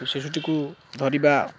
ଶିଶୁଟିକୁ ଧରିବା